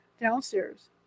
downstairs